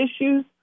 issues